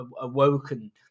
awoken